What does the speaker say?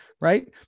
right